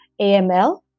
AML